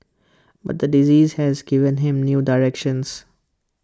but the disease has given him new direction